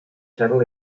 channel